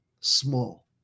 small